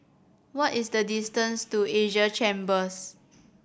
what is the distance to Asia Chambers